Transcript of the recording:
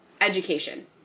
education